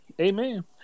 Amen